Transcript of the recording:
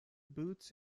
boots